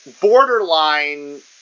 borderline